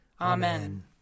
Amen